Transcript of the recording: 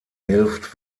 hilft